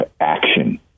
action